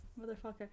Motherfucker